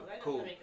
cool